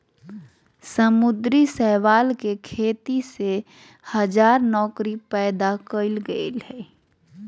समुद्री शैवाल के खेती से हजार नौकरी पैदा कइल गेल हइ